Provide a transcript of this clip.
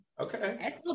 Okay